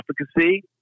efficacy